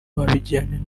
wabigereranya